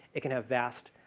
it can have vast